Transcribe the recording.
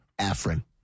Afrin